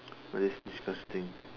oh that's disgusting